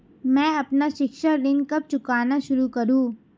मैं अपना शिक्षा ऋण कब चुकाना शुरू करूँ?